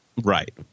right